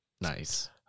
Nice